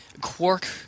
Quark